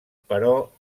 però